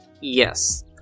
Yes